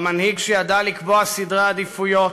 במנהיג שידע לקבוע סדרי עדיפויות,